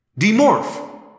Demorph